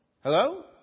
Hello